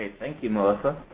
and thank you melissa.